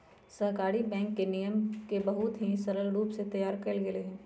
सहकारी बैंक के नियम के बहुत ही सरल रूप से तैयार कइल गैले हई